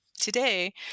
Today